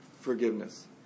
forgiveness